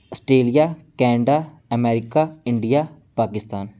Australia Canada America India Pakistan